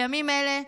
בימים אלה,